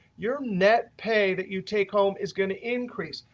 your net pay that you take home is going to increase.